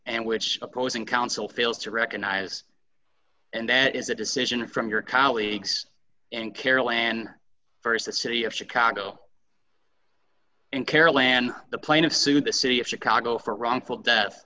and which opposing counsel fails to recognize and that is a decision from your colleagues and carolan st the city of chicago and carolan the plaintiff sued the city of chicago for wrongful death